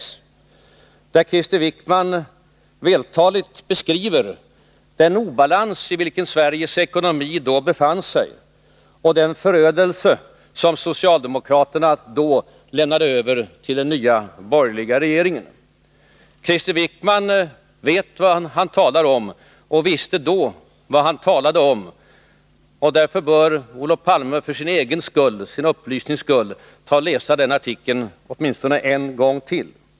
Där beskrev Krister Wickman vältaligt den obalans i vilken Sveriges ekonomi då befann sig och den förödelse som socialdemokraterna lämnade över till den nya borgerliga - regeringen. Krister Wickman vet vad han talar om, och han visste då vad han talade om. Därför bör Olof Palme bl.a. för sin egen skull läsa den artikeln åtminstone en gång till.